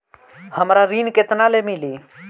हमरा ऋण केतना ले मिली?